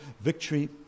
victory